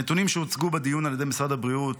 הנתונים שהוצגו בדיון על ידי משרד הבריאות